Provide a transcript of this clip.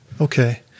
Okay